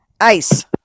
Ice